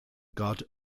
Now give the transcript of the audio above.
god